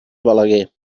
balaguer